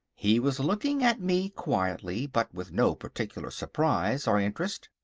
he was looking at me quietly, but with no particular surprise or interest.